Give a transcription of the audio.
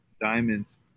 Diamond's